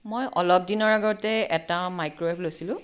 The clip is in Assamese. মই অলপ দিনৰ আগতে এটা মাইক্ৰৱেভ লৈছিলোঁ